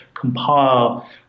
compile